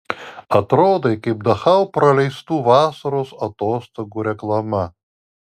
atrodai kaip dachau praleistų vasaros atostogų reklama